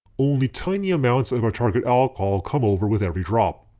only tiny amounts of our target alcohol come over with every drop.